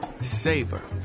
Savor